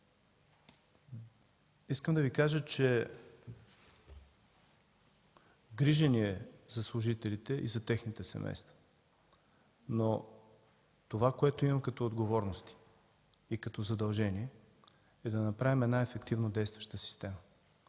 искам да Ви кажа, че ни е грижа за служителите и за техните семейства, но това, което имам като отговорност и като задължение, е да направим една ефективно действаща система,